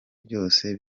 byose